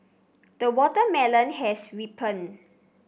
the watermelon has ripened